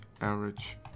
average